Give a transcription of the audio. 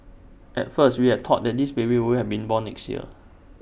at first we had thought that this baby would have be born next year